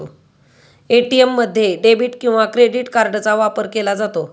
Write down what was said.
ATM मध्ये debit किंवा credit कार्डचा वापर केला जातो